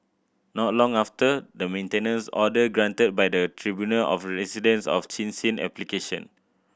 not long after the maintenance order granted by the tribunal of rescinded of Chin Sin application